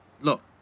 Look